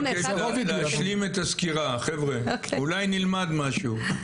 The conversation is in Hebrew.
תנו לה להשלים את הסקירה חבר'ה, אולי נלמד משהו.